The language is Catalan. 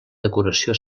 decoració